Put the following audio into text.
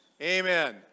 Amen